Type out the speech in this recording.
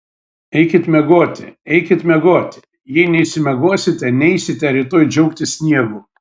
eikit miegoti eikit miegoti jei neišsimiegosite neisite rytoj džiaugtis sniegu